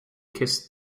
kissed